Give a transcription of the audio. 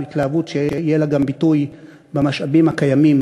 התלהבות שיהיה לה גם ביטוי במשאבים הקיימים